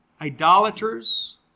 Idolaters